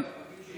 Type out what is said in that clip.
אצלי